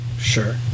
Sure